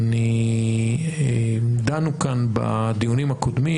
דנו כאן בדיונים הקודמים,